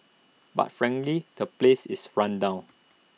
but frankly the place is run down